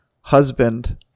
husband